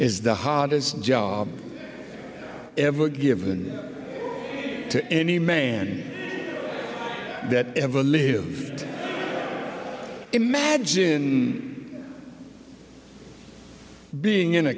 is the hardest job ever given to any man that ever lived imagine being in a